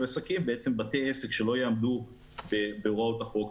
עסקים בתי עסק שלא יעמדו בהוראות החוק,